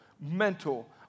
mental